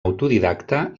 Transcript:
autodidacte